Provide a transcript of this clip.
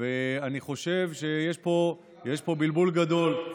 אני חושב שיש פה בלבול גדול.